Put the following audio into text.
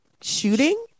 shooting